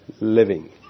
living